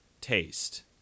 taste